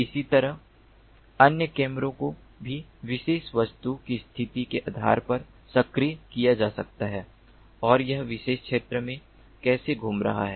इसी प्रकार अन्य कैमरों को भी विशेष वस्तु की स्थिति के आधार पर सक्रिय किया जा सकता है और यह विशेष क्षेत्र में कैसे घूम रहा है